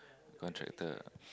contractor